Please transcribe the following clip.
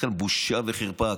לכן, בושה וחרפה.